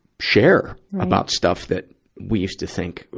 share about stuff that we use to think,